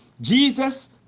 jesus